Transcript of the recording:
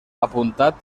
apuntat